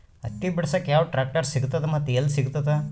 ಹತ್ತಿ ಬಿಡಸಕ್ ಯಾವ ಟ್ರಾಕ್ಟರ್ ಸಿಗತದ ಮತ್ತು ಎಲ್ಲಿ ಸಿಗತದ?